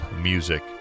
music